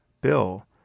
Bill